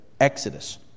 Exodus